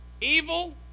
Evil